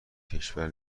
کشور